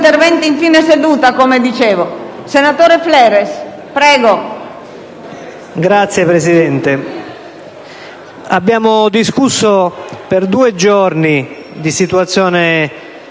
Signora Presidente, abbiamo discusso per due giorni di situazione